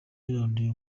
yaranduye